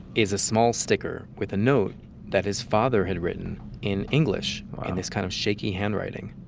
is a small sticker with a note that his father had written in english in this kind of shaky handwriting